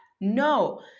No